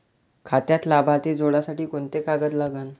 खात्यात लाभार्थी जोडासाठी कोंते कागद लागन?